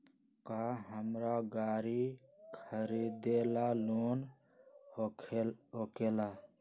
का हमरा गारी खरीदेला लोन होकेला?